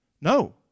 No